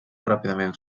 ràpidament